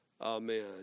Amen